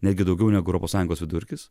netgi daugiau negu europos sąjungos vidurkis